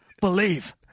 believe